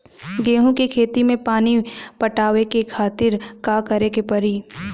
गेहूँ के खेत मे पानी पटावे के खातीर का करे के परी?